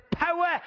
Power